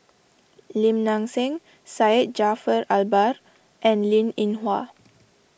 Lim Nang Seng Syed Jaafar Albar and Linn in Hua